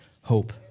hope